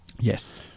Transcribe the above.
yes